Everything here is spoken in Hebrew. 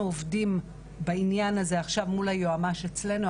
אנחנו עובדים בעניין הזה עכשיו מול היועמ"ש אצלנו,